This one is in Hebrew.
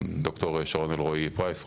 וגם ד"ר שרון אלרעי פרייס,